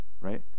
Right